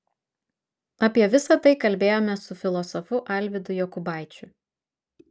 apie visa tai kalbėjomės su filosofu alvydu jokubaičiu